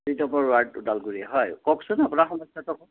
দুই number ward Udalguri হয় কওকচোন আপোনাৰ সমস্যাটো